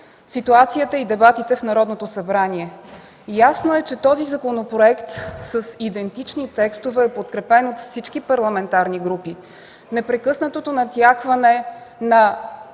ситуацията и дебатите в Народното събрание. Ясно е, че този законопроект с идентични текстове е подкрепен от всички парламентарни групи. Непрекъснатото натякване на